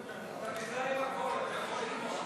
אתה מזדהה עם הכול, אתה יכול לתמוך.